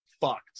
fucked